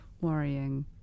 worrying